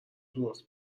درست